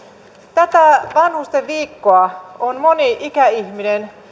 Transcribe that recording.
tätä vanhustenviikkoa on moni ikäihminen